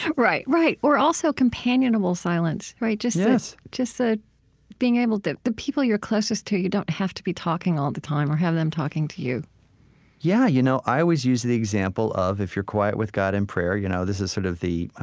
right. or also companionable silence. right? yes just the being able to the people you're closest to, you don't have to be talking all the time, or have them talking to you yeah. you know i always use the example of, if you're quiet with god in prayer you know this is sort of the,